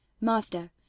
Master